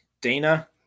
Dana